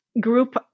group